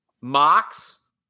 Mox